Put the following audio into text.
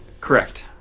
Correct